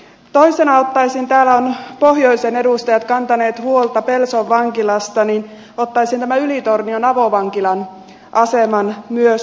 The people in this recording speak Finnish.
toisena asiana kun täällä ovat pohjoisen edustajat kantaneet huolta pelson vankilasta ottaisin ylitornion avovankilan aseman myös esille